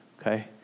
okay